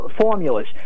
formulas